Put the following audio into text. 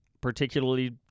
particularly